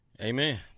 Amen